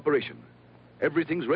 operation everything's